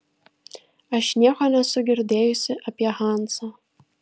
aš nieko nesu girdėjusi apie hanzą